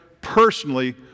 personally